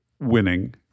winning